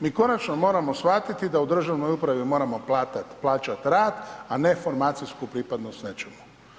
Mi konačno moramo shvatiti, da u državnoj upravi moramo plaćati rad, a ne formacijsku pripadnost nečemu.